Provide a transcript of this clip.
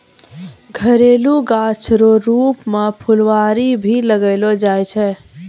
घरेलू गाछ रो रुप मे फूलवारी भी लगैलो जाय छै